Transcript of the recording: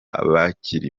bakiri